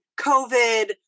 COVID